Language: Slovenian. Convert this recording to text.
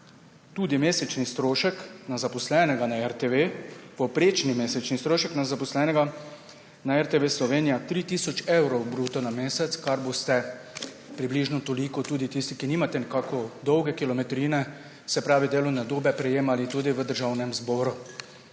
tudi mesečni strošek na zaposlenega na RTV – povprečni mesečni strošek na zaposlenega na RTV Slovenija je 3 tisoč evrov bruto na mesec, kolikor boste približno tudi tisti, ki nimate nekako dolge kilometrine oziroma delovne dobe, prejemali tudi v Državnem zboru.